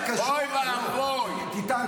חברת הכנסת דבי ביטון, בבקשה.